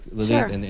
Sure